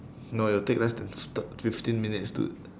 no it'll take less than thir~ fifteen minutes to